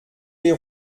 les